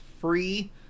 free